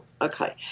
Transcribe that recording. Okay